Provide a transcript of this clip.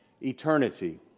eternity